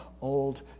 old